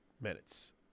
minutes